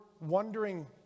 wondering